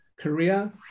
Korea